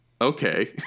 Okay